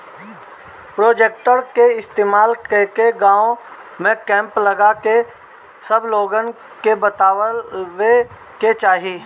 projector के इस्तेमाल कके गाँव में कैंप लगा के सब लोगन के बतावे के चाहीं